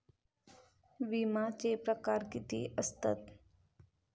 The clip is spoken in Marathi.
विमाचे प्रकार किती असतत?